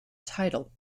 title